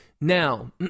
now